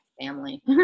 family